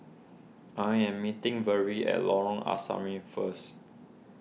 I am meeting Verl at Lorong Asrama first